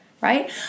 right